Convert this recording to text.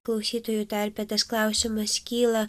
klausytojų tarpe tas klausimas kyla